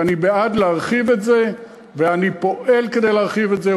ואני בעד להרחיב את זה ואני פועל כדי להרחיב את זה.